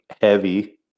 heavy